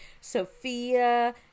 Sophia